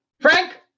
Frank